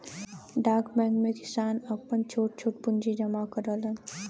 डाक बैंक में किसान आपन छोट छोट पूंजी जमा करलन